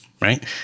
right